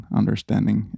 understanding